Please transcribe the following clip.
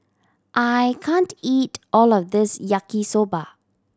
I can't eat all of this Yaki Soba